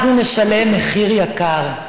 אנחנו נשלם מחיר יקר.